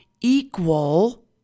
equal